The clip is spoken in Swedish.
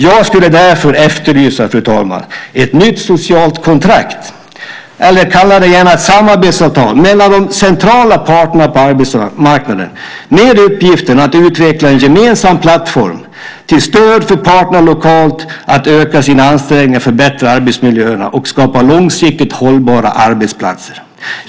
Jag skulle därför efterlysa, fru talman, ett nytt socialt kontrakt, eller kalla det gärna samarbetsavtal, mellan de centrala parterna på arbetsmarknaden, med uppgiften att utveckla en gemensam plattform till stöd för parterna lokalt att öka sina ansträngningar att förbättra arbetsmiljöerna och skapa långsiktigt hållbara arbetsplatser.